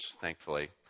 thankfully